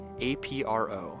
APRO